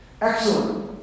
Excellent